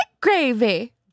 gravy